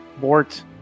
Bort